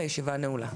הישיבה נעולה.